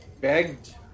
begged